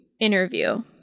interview